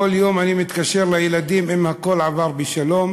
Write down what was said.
כל יום אני מתקשר לילדים אם הכול עבר בשלום,